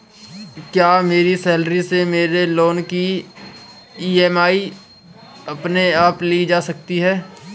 क्या मेरी सैलरी से मेरे लोंन की ई.एम.आई अपने आप ली जा सकती है?